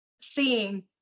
seeing